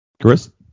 Chris